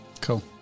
Cool